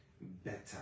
better